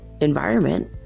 environment